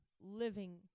living